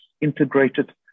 integrated